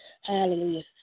hallelujah